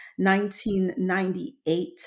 1998